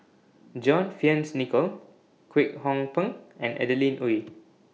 John Fearns Nicoll Kwek Hong Png and Adeline Ooi